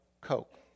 Coke